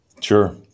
Sure